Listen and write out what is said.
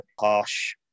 harsh